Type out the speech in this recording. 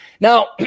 Now